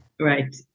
Right